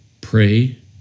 pray